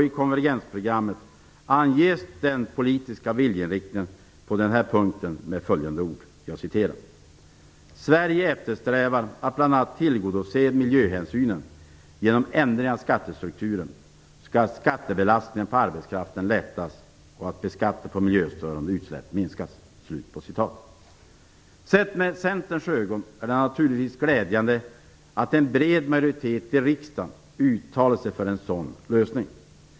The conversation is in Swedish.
I konvergensprogrammet anges den politiska viljeinriktningen på den här punkten med följande ord: "Sverige eftersträvar att bland annat tillgodose miljöhänsynen genom ändring av skattestrukturen, så att skattebelastningen på arbetskraften lättas och beskattningen på miljöstörande utsläpp minskas." Sett med Centerns ögon är det naturligtvis glädjande att en bred majoritet i riksdagen uttalar sig för en sådan lösning.